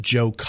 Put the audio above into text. Joe